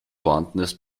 vorhandenes